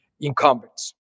incumbents